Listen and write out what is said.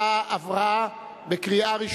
התשע"ב 2011,